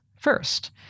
first